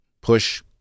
push